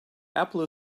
apple